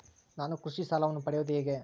ನಾನು ಕೃಷಿ ಸಾಲವನ್ನು ಪಡೆಯೋದು ಹೇಗೆ?